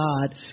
God